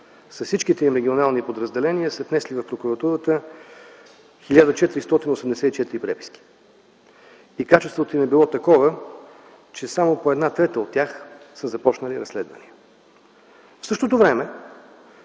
с всичките им регионални подразделения са внесли в Прокуратурата 1484 преписки и качеството им е било такова, че само по една трета от тях са започнали разследвания. В същото време